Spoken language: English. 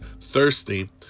thirsty